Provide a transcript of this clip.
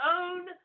own